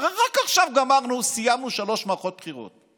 הרי רק עכשיו סיימנו שלוש מערכות בחירות.